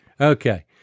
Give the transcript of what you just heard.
Okay